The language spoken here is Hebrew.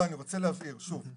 לא, אני רוצה להבהיר, שוב.